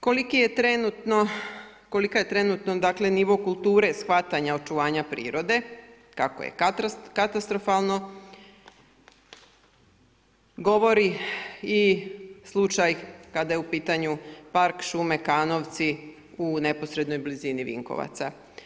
Koliki je trenutno, dakle nivo kulture shvatanja očuvanja prirode, kako je katastrofalno govori i slučaj kada je u pitanju park šume Kanovci u neposrednoj blizini Vinkovaca.